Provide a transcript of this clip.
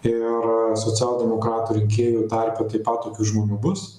ir socialdemokratų rinkėjų tarpe taip pat tokių žmonių bus